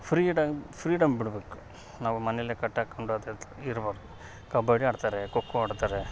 freedom freedom ಬಿಡ್ಬೇಕು ನಾವು ಮನೇಲೆ ಕಟ್ಟಾಕೊಂಡು ಇರ್ಬೇಕು ಕಬಡ್ಡಿ ಆಡ್ತಾರೆ ಖೋಖೋ ಆಡ್ತಾರೆ